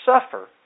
suffer